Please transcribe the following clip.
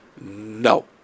No